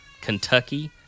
Kentucky